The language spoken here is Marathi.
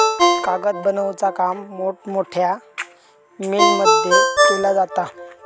कागद बनवुचा काम मोठमोठ्या मिलमध्ये केला जाता